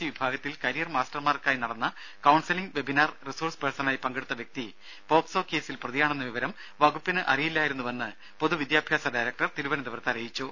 E വിഭാഗത്തിൽ career മാസ്റ്റർമാർക്കായി നടന്ന കൌൺസിലിംഗ് വെബിനാർ റിസോഴ്സ് പേഴ്സണായി പങ്കെടുത്ത വ്യക്തി പോക്സോ കേസിൽ പ്രതിയാണെന്ന വിവരം വകുപ്പിന് അറിയില്ലായിരുന്നുവെന്ന് പൊതു വിദ്യാഭ്യാസ ഡയറക്ടർ തിരുവനന്തപുരത്ത് അറിയിച്ചു